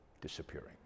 disappearing